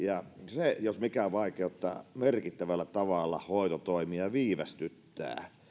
se jos mikä vaikeuttaa merkittävällä tavalla hoitotoimia ja viivästyttää